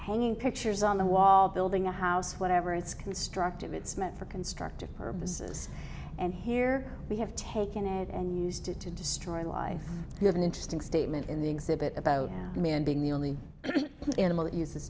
painting pictures on the wall building a house whatever it's constructive it's meant for constructive her businesses and here we have taken it and used it to destroy life you have an interesting statement in the exhibit about the man being the only animal that uses